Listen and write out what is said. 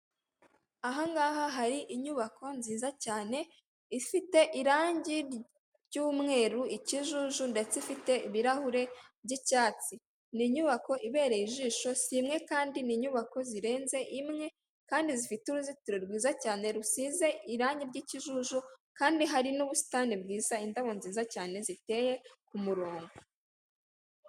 Icyapa kiri mu amabara y'umweru handitseho amagambo atandukanye ari mu ibara ry'icyatsi ndetse n'andi y'ama mabara y'umuhondo, n'andi arimo ibara ry'ubururu ndetse n'indi mibabara y'umutuku.